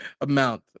amount